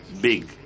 big